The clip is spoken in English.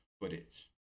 footage